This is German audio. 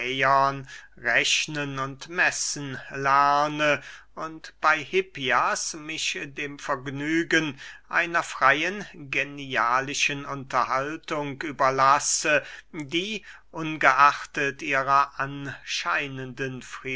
rechnen und messen lerne und bey hippias mich dem vergnügen einer freyen genialischen unterhaltung überlasse die ungeachtet ihrer anscheinenden